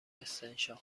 استنشاق